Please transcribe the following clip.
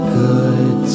good